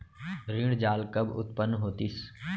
ऋण जाल कब उत्पन्न होतिस?